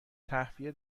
تهویه